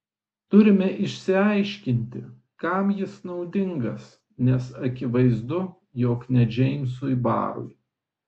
turime išsiaiškinti kam jis naudingas nes akivaizdu jog ne džeimsui barui